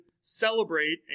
celebrate